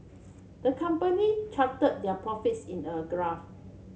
the company charted their profits in a graph